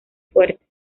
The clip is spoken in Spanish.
fuertes